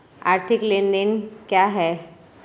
आर्थिक लेनदेन क्या है?